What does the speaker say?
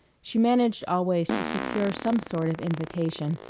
she managed always to secure some sort of invitation,